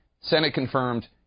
Senate-confirmed